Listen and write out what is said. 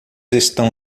estão